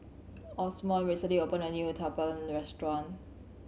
Osborn recently opened a new Uthapam Restaurant